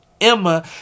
Emma